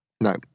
No